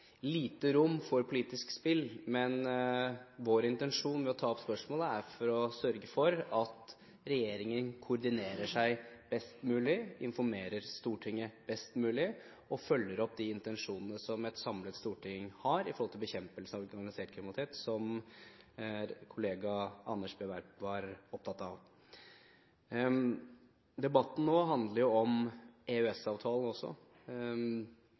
lite rom for politisk spill. Vår intensjon med å ta opp spørsmålet er å sørge for at regjeringen koordinerer seg best mulig, informerer Stortinget best mulig og følger opp intensjonene fra et samlet storting når det gjelder bekjempelse av organisert kriminalitet, som kollega Anders B. Werp var opptatt av. Debatten nå handler også om